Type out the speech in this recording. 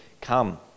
Come